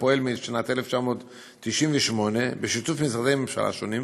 הפועל מאז שנת 1998 בשיתוף משרדי ממשלה שונים,